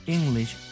English